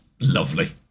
lovely